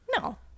No